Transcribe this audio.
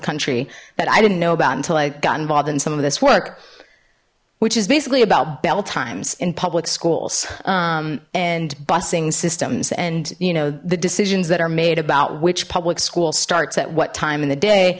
country that i didn't know about until i got involved in some of this work which is basically about bail times in public schools and busing systems and you know the decisions that are made about which public school starts at what time in the day